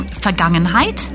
Vergangenheit